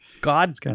God